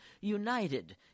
united